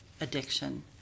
addiction